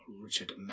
Richard